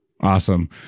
awesome